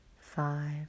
five